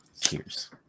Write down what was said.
Cheers